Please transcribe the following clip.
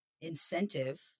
incentive